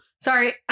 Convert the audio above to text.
sorry